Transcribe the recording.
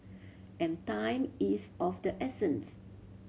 and time is of the essence